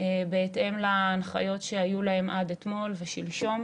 בהתאם להנחיות שהיו להם עד אתמול ושלשום